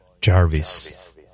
Jarvis